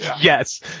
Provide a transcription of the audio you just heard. Yes